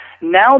Now